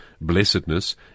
blessedness